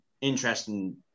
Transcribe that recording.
interesting